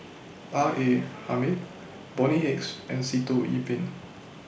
R A Hamid Bonny Hicks and Sitoh Yih Pin